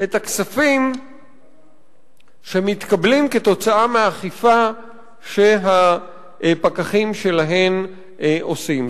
את הכספים שמתקבלים כתוצאה מהאכיפה שהפקחים שלהן עושים.